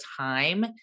time